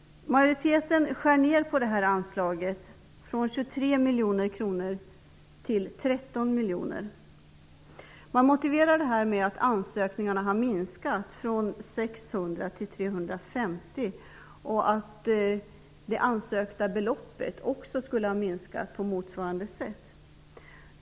miljoner kronor till 13 miljoner. Man motiverar det med att antalet ansökningar har minskat från 600 till 350 och att det ansökta beloppet minskat på motsvarande sätt.